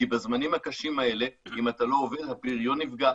כי בזמנים הקשים האלה אם אתה לא עובד הפריון נפגע,